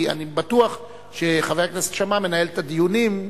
כי אני בטוח שחבר הכנסת שאמה מנהל את הדיונים,